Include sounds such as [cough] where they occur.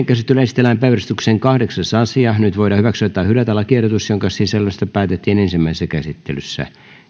[unintelligible] käsittelyyn esitellään päiväjärjestyksen kahdeksas asia nyt voidaan hyväksyä tai hylätä lakiehdotus jonka sisällöstä päätettiin ensimmäisessä käsittelyssä